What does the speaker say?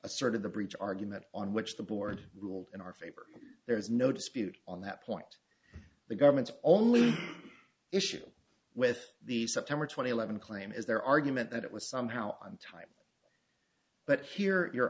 asserted the breach argument on which the board ruled in our favor there is no dispute on that point the government's only issue with the september twenty seventh claim is their argument that it was somehow on time but here your